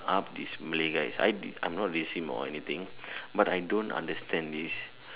up this Malay guys I am not racist or anything but I don't understand this